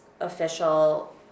official